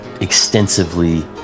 extensively